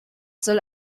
soll